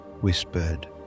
whispered